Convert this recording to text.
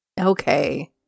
Okay